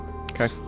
okay